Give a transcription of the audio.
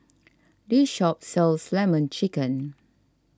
this shop sells Lemon Chicken